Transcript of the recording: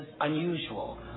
unusual